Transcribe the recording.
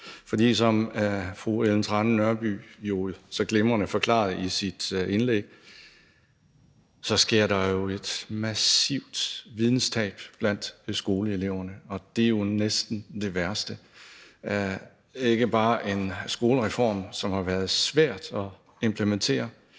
for som fru Ellen Trane Nørby jo så glimrende forklarede i sit indlæg, sker der jo et massivt videnstab blandt skoleeleverne. Det er jo næsten det værste. Det er ikke bare en skolereform, som har været svær at implementere;